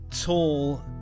tall